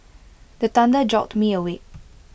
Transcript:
the thunder jolt me awake